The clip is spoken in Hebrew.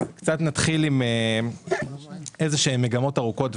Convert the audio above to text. נתחיל במגמות ארוכות הטווח.